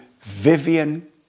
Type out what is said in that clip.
Vivian